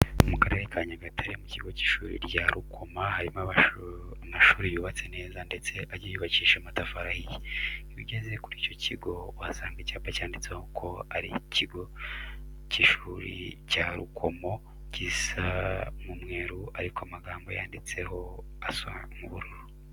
Mu karere ka Nyagatare mu kigo cy'ishuri cya Rukoma harimo amashuri yubatse neza ndetse agiye yubakishije amatafari ahiye. Iyo ugeze kuri icyo kigo uhasanga icyapa cyanditseho ko ari ku kigo cy'ishuri cya Rukomo gisa nk'umweru ariko amagambo yanditsemo asa nk'ubururu.